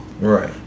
Right